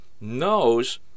knows